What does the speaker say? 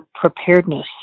preparedness